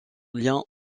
lien